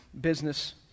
business